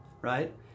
right